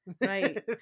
Right